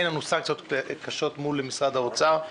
אין לנו סנקציות קשות מול משרד האוצר.